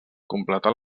completar